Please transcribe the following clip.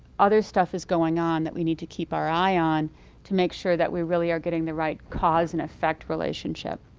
other stuff is going on that we need to keep our eye on to make sure that we really are getting the right cause-and-effect relationship.